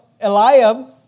Eliab